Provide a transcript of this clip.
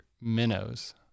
minnows